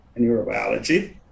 neurobiology